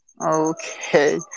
Okay